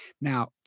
Now